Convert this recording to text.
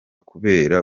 kubera